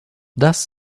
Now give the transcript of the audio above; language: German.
das